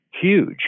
huge